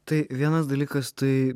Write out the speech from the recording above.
tai vienas dalykas tai